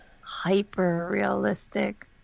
hyper-realistic